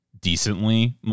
decently